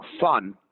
fun